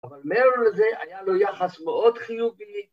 אבל מעולה לזה היה לו יחס מאוד חיובי